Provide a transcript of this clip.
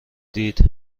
دیدید